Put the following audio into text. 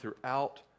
throughout